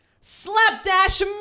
slapdash